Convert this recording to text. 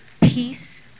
peace